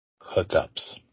hookups